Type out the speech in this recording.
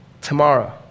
Tomorrow